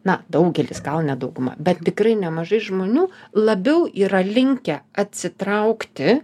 na daugelis gal ne dauguma bet tikrai nemažai žmonių labiau yra linkę atsitraukti